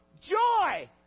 joy